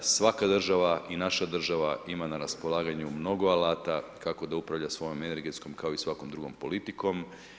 Svaka država i naša država ima na raspolaganju mnogo alata kako da upravlja svojom energetskom kao i svakom drugom politikom.